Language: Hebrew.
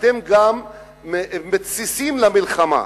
אתם גם מתסיסים למלחמה.